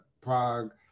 Prague